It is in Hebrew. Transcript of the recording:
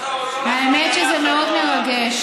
האמת היא שזה מאוד מרגש.